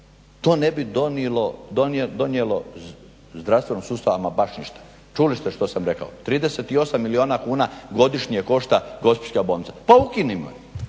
To ne bi donijelo zdravstvenom sustavu ama baš ništa. Čuli ste što sam rekao 38 milijuna kuna godišnje košta gospića bolnica. Pa ukinimo